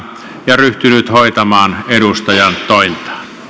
ja ryhtynyt hoitamaan edustajantointaan